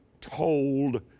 told